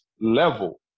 level